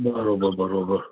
बराबरि बराबरि